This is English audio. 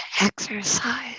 exercise